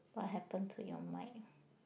what happen to your mic